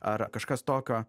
ar kažkas tokio